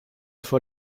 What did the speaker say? vor